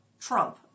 Trump